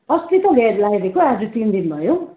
अस्ति त ल्याएर लगाइदिएको आज तिन दिन भयो